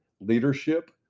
leadership